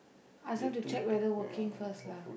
ask them to check whether working first lah